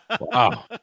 wow